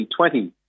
2020